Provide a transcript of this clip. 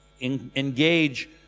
engage